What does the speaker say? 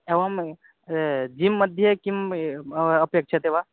एवमेव जिं मध्ये किम् एव अपेक्ष्यते वा